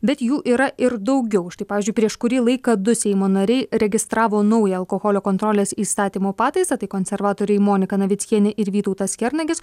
bet jų yra ir daugiau štai pavyzdžiui prieš kurį laiką du seimo nariai registravo naują alkoholio kontrolės įstatymo pataisą tai konservatoriai monika navickienė ir vytautas kernagis